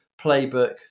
playbook